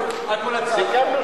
תודה רבה,